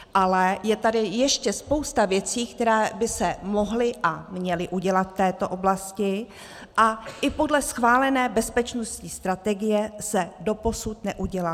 Ale je tady ještě spousta věcí, které by se mohly a měly udělat v této oblasti a i podle schválené bezpečnostní strategie se doposud neudělaly.